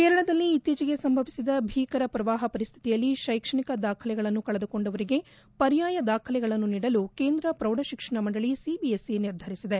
ಕೇರಳದಲ್ಲಿ ಇತ್ತೀಚೆಗೆ ಸಂಭವಿಸಿದ ಭೀಕರ ಪ್ರವಾಹ ಪರಿಸ್ಥಿತಿಯಲ್ಲಿ ಶೈಕ್ಷಣಿಕ ದಾಖಲೆಗಳನ್ನು ಕಳೆದುಕೊಂಡವರಿಗೆ ಪರ್ಯಾಯ ದಾಖಲೆಗಳನ್ನು ನೀಡಲು ಕೇಂದ್ರ ಪ್ರೌಢಶಿಕ್ಷಣ ಮಂಡಳಿ ಸಿಬಿಎಸ್ಇ ನಿರ್ಧರಿಸಿದೆ